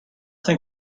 think